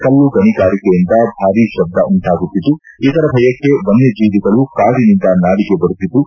ಕಲ್ಲು ಗಣಿಗಾರಿಕೆಯಿಂದ ಭಾರಿ ತಬ್ದ ಉಂಟಾಗುತ್ತಿದ್ದು ಇದರ ಭಯಕ್ಕೆ ವನ್ನ ಜೀವಿಗಳು ಕಾಡಿನಿಂದ ನಾಡಿಗೆ ಬರುತ್ತಿದ್ದು